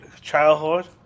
childhood